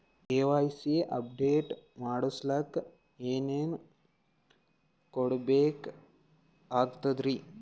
KYC update ಮಾಡಸ್ಲಕ ಏನೇನ ಕೊಡಬೇಕಾಗ್ತದ್ರಿ?